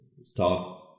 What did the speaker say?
start